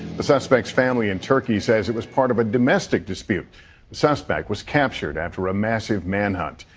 the suspect's family in turkey says it was part of a domestic dispute. the suspect was captured after a massive manhunt.